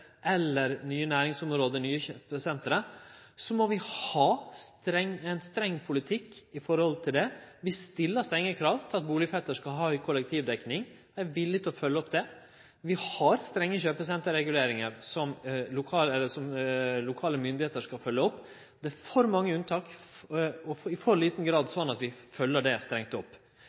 næringsområde eller nye kjøpesenter, må vi ha ein streng politikk. Vi stiller strenge krav til at bustadfelt skal ha ei kollektivdekning, og vi er villige til å følgje opp det. Vi har strenge kjøpesenterreguleringar som lokale myndigheiter skal følgje opp. Det er for mange unntak og i for liten grad slik at vi følgjer det strengt opp.